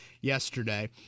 Yesterday